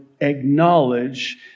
acknowledge